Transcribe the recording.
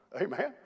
Amen